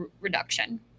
reduction